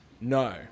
No